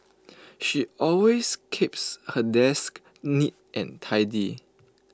she always keeps her desk neat and tidy